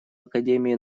академии